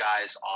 guys